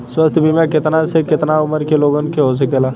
स्वास्थ्य बीमा कितना से कितना उमर के लोगन के हो सकेला?